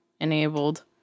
enabled